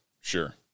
Sure